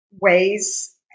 ways